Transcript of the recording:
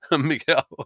Miguel